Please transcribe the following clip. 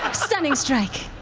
um stunning strike.